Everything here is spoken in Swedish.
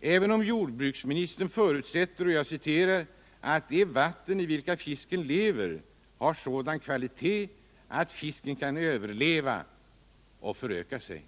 även om jordbruksministern förutsätter ”att de vatten i vilka fisken lever har sådan kvalitet att fisken kan överleva och föröka sig”.